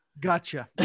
Gotcha